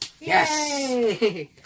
Yes